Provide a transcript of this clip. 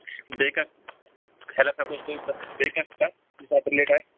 بیٚیہِ کانٛہہ ہیٚلپ ہیٚکو أسۍ تُہُنٛدِ طرفہٕ بیٚیہِ کانٛہہ کتَھ یُس اَتھ رِلیٚٹ آسہِ